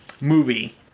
movie